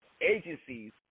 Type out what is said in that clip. agencies